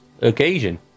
occasion